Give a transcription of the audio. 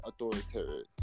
authoritarian